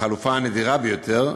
החלופה הנדירה ביותר,